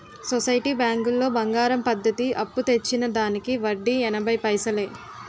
society బ్యాంకులో బంగారం పద్ధతి అప్పు తెచ్చిన దానికి వడ్డీ ఎనభై పైసలే